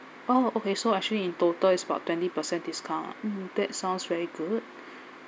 oh okay so actually in total it's about twenty percent discount mm that sounds very good